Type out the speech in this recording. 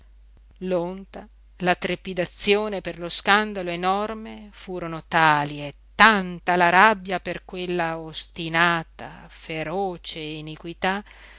l'onta la trepidazione per lo scandalo enorme furono tali e tanta la rabbia per quella ostinata feroce iniquità